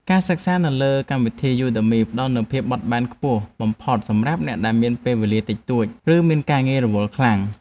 ការសិក្សាលើកម្មវិធីយូដឺមីផ្តល់នូវភាពបត់បែនខ្ពស់បំផុតសម្រាប់អ្នកដែលមានពេលវេលាតិចតួច ឬមានការងាររវល់ខ្លាំង។